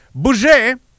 Bouger